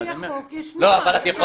ולפי החוק יש נוהל.